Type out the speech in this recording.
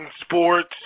sports